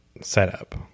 setup